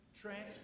transfer